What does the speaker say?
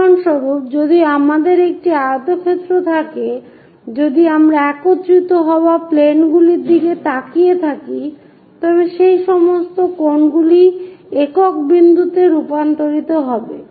উদাহরণস্বরূপ যদি আমাদের একটি আয়তক্ষেত্র থাকে যদি আমরা একত্রিত হওয়া প্লেনগুলির দিকে তাকিয়ে থাকি তবে এই সমস্ত কোণগুলি একক বিন্দুতে রূপান্তরিত হবে